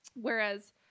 Whereas